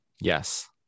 Yes